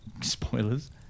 Spoilers